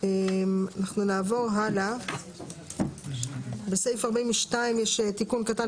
אנחנו נמחק את המחיקה של סעיף קטן